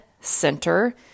center